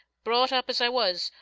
brought up as i was!